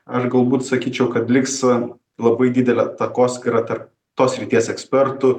aš galbūt sakyčiau kad liks labai didelė takoskyrą tarp tos srities ekspertų